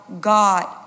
God